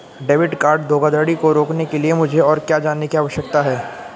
Debit card धोखाधड़ी को रोकने के लिए मुझे और क्या जानने की आवश्यकता है?